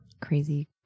Crazy